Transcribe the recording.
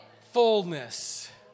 Fullness